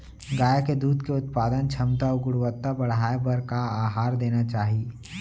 गाय के दूध के उत्पादन क्षमता अऊ गुणवत्ता बढ़ाये बर का आहार देना चाही?